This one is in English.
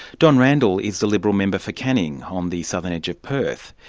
don randall is the liberal member for canning, on the southern edge of perth.